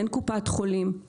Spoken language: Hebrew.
אין קופת חולים,